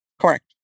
Correct